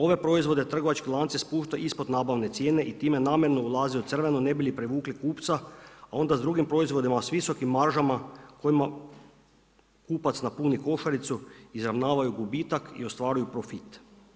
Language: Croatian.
Ove proizvode trgovački lanci spušta ispod nabavne cijene i time namjerno ulaze u crveno ne bi li privukli kupca, a onda s drugim proizvodima s visokim maržama kojima kupac napuni košaricu izravnavaju gubitak i ostvaruju profit.